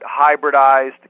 hybridized